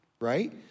right